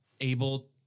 able